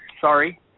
Sorry